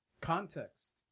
context